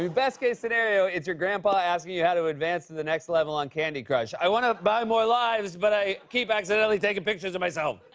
best-case scenario, it's your grandpa asking you how to advance to the next level on candy crush. i want to buy more lives, but i keep accidentally taking pictures of myself.